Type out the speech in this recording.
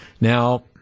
Now